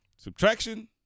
Subtraction